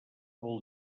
vol